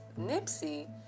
Nipsey